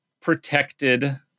protected